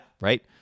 right